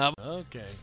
Okay